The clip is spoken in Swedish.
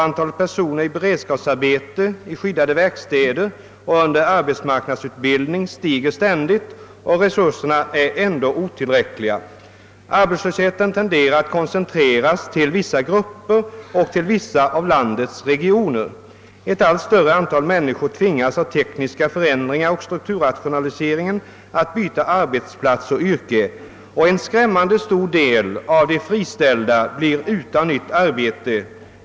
Antalet personer i beredskapsarbe te, i skyddade verkstäder och under arbetsmarknadsutbildning stiger ständigt och resurserna är ändå otillräckliga. Arbetslösheten tenderar att koncentreras till vissa grupper och till vissa av landets regioner. Ett allt större antal människor tvingas av tekniska förändringar och strukturrationaliseringen att byta arbetsplats och yrke, en skrämmande stor del av de ”friställda” blir utan nytt arbete.